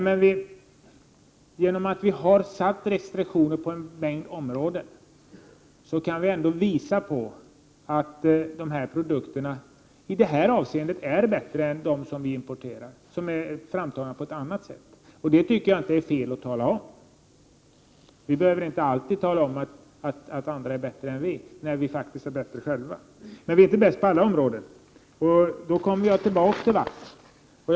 Men genom att vi har infört restriktioner på en rad områden, kan vi ändå visa på att dessa produkter i detta avseende är bättre än de som vi importerar, vilka är framtagna på ett annat sätt. Det tycker jag inte är fel att tala om. Vi behöver inte säga att andra är bättre än vi, när vi faktiskt är bättre själva. Men vi är inte bäst på alla områden. Jag återkommer därmed till va-området.